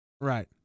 right